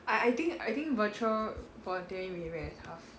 I I think I think virtual volunteering really very tough